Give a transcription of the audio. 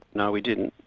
no we didn't,